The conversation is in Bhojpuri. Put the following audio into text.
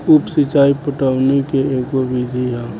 उप सिचाई पटवनी के एगो विधि ह